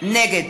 נגד